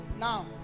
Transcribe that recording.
Now